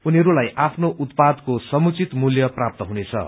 उनीहरूलाई आफ्नो फसलको समुचित मूल्य प्राप्त हुनेछन्